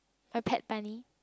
my pet bunny